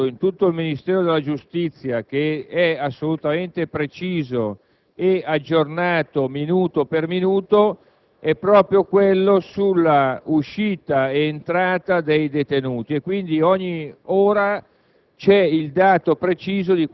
significa che, se vi è un dato in tutto il Ministero della giustizia assolutamente preciso e aggiornato, minuto per minuto, è proprio quello sull'uscita e sull'entrata dei detenuti. Ogni ora,